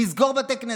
לסגור בתי כנסת,